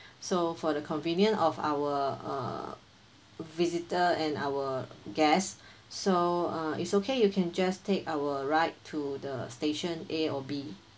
so for the convenience of our uh visitor and our guest so uh it's okay you can just take our ride to the station A or B